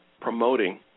promoting